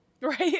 Right